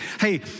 hey